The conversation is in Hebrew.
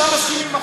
אתה מסכים לחוק?